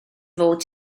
fod